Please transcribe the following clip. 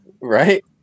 right